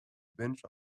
bunch